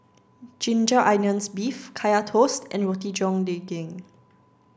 ginger onions beef kaya toast and Roti John Daging